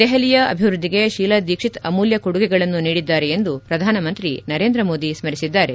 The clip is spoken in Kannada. ದೆಹಲಿಯ ಅಭಿವೃದ್ದಿಗೆ ಶೀಲಾ ದೀಕ್ಷಿತ್ ಅಮೂಲ್ಯ ಕೊಡುಗೆಗಳನ್ನು ನೀಡಿದ್ದಾರೆ ಎಂದು ಪ್ರಧಾನಮಂತ್ರಿ ನರೇಂದ್ರಮೋದಿ ಸ್ಮರಿಸಿದ್ದಾರೆ